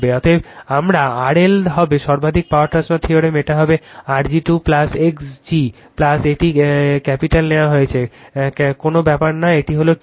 অতএব আমার RL হবেসর্বাধিক পাওয়ার ট্রান্সফার থিওরেম এটা হবে R g 2 X g এটা ক্যাপিটাল নেওয়া হয় কোন ব্যাপার না এটা হল 2